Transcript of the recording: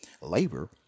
labor